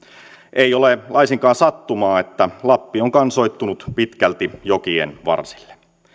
ei ole laisinkaan sattumaa että lappi on kansoittunut pitkälti jokien varsille